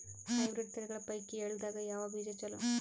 Hybrid ತಳಿಗಳ ಪೈಕಿ ಎಳ್ಳ ದಾಗ ಯಾವ ಬೀಜ ಚಲೋ?